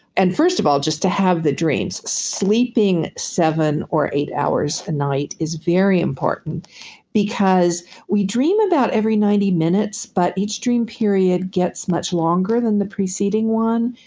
and first of all, just to have the dreams, sleeping seven or eight hours a night is very important because we dream about every ninety minutes but each dream period gets much longer than the preceding one.